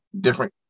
different